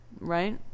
Right